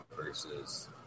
versus